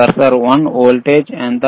cursor one voltage ఎంత